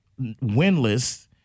winless